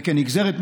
וכנגזרת מכך,